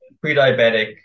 pre-diabetic